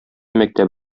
мәктәп